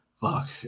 fuck